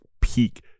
peak